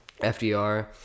FDR